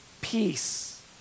peace